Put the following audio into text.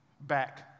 back